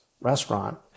restaurant